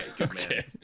Okay